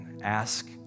ask